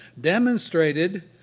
demonstrated